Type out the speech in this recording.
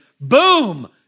boom